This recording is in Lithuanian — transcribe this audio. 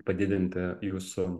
padidinti jūsų